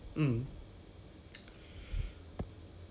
那个 D_G hor what the hell man